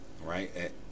right